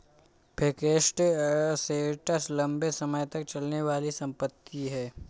fixed assets लंबे समय तक चलने वाली संपत्ति है